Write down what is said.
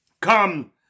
come